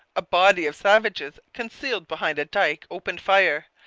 a body of savages concealed behind a dike opened fire,